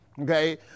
Okay